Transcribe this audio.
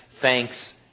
thanks